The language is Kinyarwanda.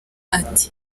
ati